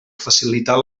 facilitar